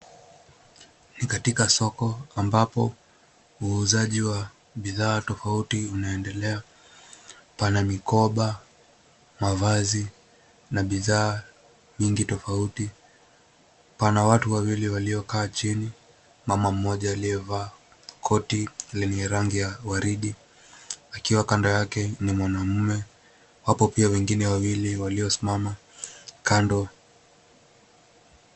Ni katika soko ambapo uuzaji wa bidhaa tofauti unaendelea. Pana mikoba, mavazi na bidhaa nyingi tofauti. Pana watu wawili waliokaa chini, mama mmoja aliyevaa koti lenye rangi ya waridi, akiwa kando yake ni mwanaume. Wapo pia wengine wawili waliosimama kando.